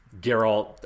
Geralt